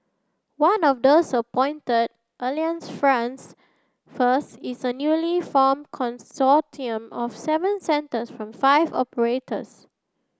one of those appointed alliance friends first is a newly formed consortium of seven centres from five operators